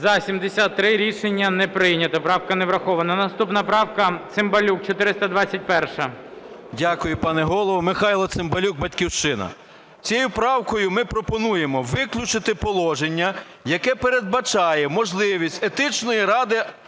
За-73 Рішення не прийнято. Правка не врахована. Наступна правка, Цимбалюк, 421-а. 13:47:42 ЦИМБАЛЮК М.М. Дякую, пане Голово. Михайло Цимбалюк, "Батьківщина". Цією правкою ми пропонуємо виключити положення, яке передбачає можливість Етичної ради